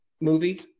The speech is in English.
movie